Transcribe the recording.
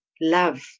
love